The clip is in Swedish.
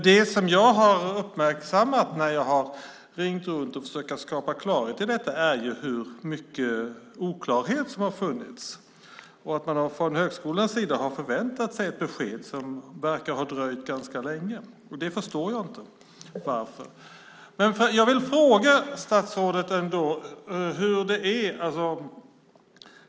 Det som jag har uppmärksammat när jag har ringt runt och försökt skapa klarhet i detta är hur mycket oklarhet som har funnits. Från högskolans sida har man förväntat sig ett besked, som verkar ha dröjt ganska länge. Jag förstår inte varför.